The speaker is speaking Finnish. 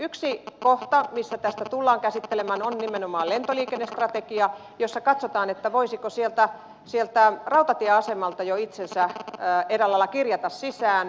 yksi kohta missä tätä tullaan käsittelemään on nimenomaan lentoliikennestrategia jossa katsotaan voisiko jo sieltä rautatieasemalta itsensä eräällä lailla kirjata sisään